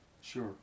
Sure